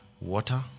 water